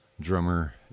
drummer